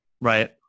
Right